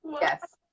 yes